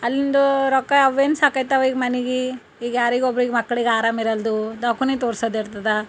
ಅಲ್ಲಿಂದೂ ರೊಕ್ಕ ಅವೇನು ಸಾಕೈತವ ಈಗ ಮನೆಗೆ ಈಗ ಯಾರಿಗೋ ಒಬ್ರಿಗೆ ಮಕ್ಳಿಗೆ ಆರಾಮ್ ಇರಲ್ದು ದವ್ಕಾನೆ ತೋರಿಸೋದಿರ್ತದ